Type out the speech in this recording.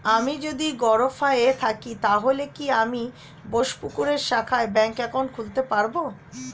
আমি যদি গরফায়ে থাকি তাহলে কি আমি বোসপুকুরের শাখায় ব্যঙ্ক একাউন্ট খুলতে পারবো?